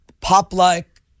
pop-like